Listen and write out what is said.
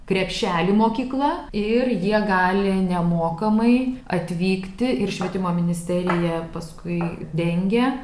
krepšelį mokykla ir jie gali nemokamai atvykti ir švietimo ministerija paskui dengia